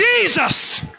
Jesus